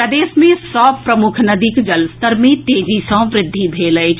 प्रदेशक सभ प्रमुख नदीक जलस्तर मे तेजी सँ वृद्धि भेल अछि